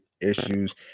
issues